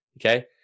Okay